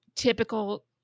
Typical